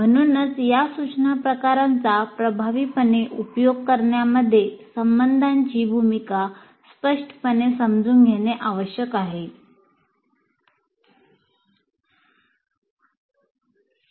म्हणूनच या सूचना प्रकारांचा प्रभावीपणे उपयोग करण्यामध्ये संबंधांची भूमिका स्पष्टपणे समजून घेणे आवश्यक आहे